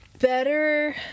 better